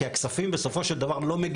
כי בסופו של דבר הכספים לא מגיעים,